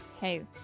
Hey